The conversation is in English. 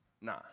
nah